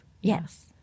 Yes